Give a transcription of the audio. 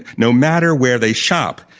no matter where they shop?